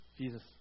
Jesus